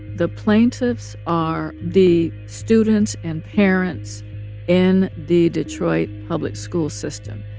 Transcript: the plaintiffs are the students and parents in the detroit public school system.